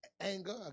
anger